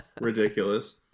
ridiculous